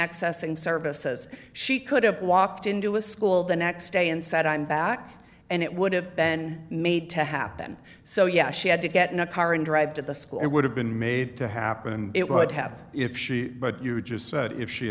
accessing services she could have walked into a school the next day and said i'm back and it would have been made to happen so yeah she had to get in a car and drive to the school it would have been made to happen it